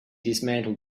dismantled